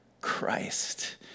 Christ